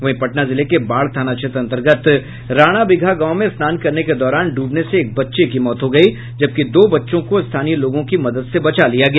वहीं पटना जिले के बाढ़ थाना क्षेत्र अन्तर्गत राणाबिगहा गांव में स्नान करने के दौरान ड्रबने से एक बच्चे की मौत हो गयी जबकि दो बच्चों को स्थानीय लोगों की मदद से बचा लिया गया